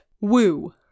Woo